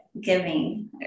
giving